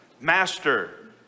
Master